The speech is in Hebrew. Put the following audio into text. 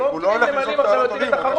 אם היו רוצים שהוועדה תאשר